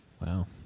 Wow